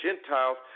Gentiles